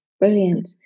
brilliant